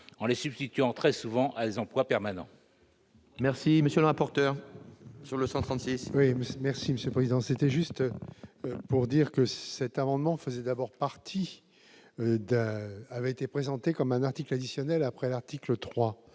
en les substituant très souvent à des emplois permanents.